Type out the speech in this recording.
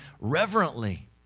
reverently